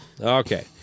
Okay